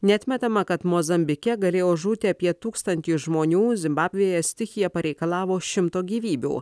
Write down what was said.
neatmetama kad mozambike galėjo žūti apie tūkstantį žmonių zimbabvėje stichija pareikalavo šimto gyvybių